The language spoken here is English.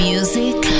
Music